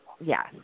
Yes